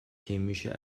chemische